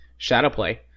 Shadowplay